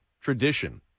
tradition